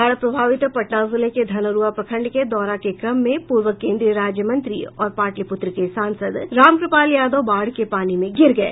बाढ़ प्रभावित पटना जिले के धनरूआ प्रखंड के दौरा के क्रम में पूर्व केन्द्रीय राज्य मंत्री और पाटलिपूत्र के सांसद रामकृपाल यादव बाढ़ के पानी में गिर गये